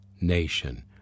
nation